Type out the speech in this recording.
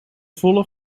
volle